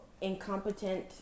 incompetent